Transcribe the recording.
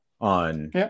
on